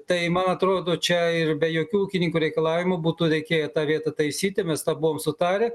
tai man atrodo čia ir be jokių ūkininkų reikalavimų būtų reikėję tą vietą taisyti mes tą buvom sutarę